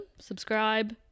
subscribe